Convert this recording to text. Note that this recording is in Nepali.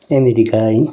अमेरिका है